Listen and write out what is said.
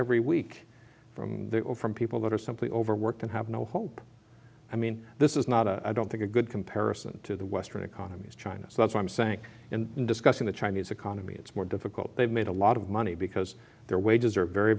every week from there or from people that are simply overworked and have no hope i mean this is not a i don't think a good comparison to the western economies china so that's why i'm saying in discussing the chinese economy it's more difficult they've made a lot of money because their wages are very